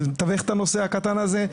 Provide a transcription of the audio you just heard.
נתווך את הנושא הקטן הזה.